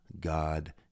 God